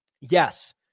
Yes